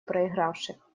проигравших